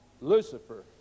Lucifer